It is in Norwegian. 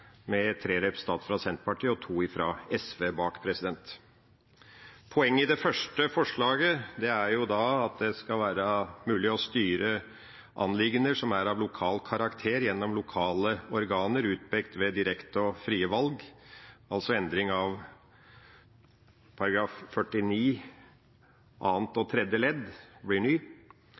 tre representanter fra Senterpartiet og to fra SV står bak. Poenget i det første forslaget er at det skal være mulig å styre anliggender som er av lokal karakter, gjennom lokale organer utpekt ved direkte og frie valg, altså endring av § 49 andre og tredje ledd,